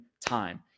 time